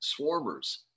swarmers